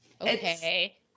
Okay